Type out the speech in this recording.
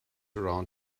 around